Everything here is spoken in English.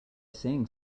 saying